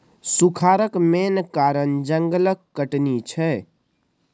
सुखारक मेन कारण जंगलक कटनी छै